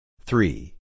Three